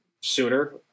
sooner